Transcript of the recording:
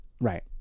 Right